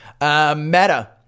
Meta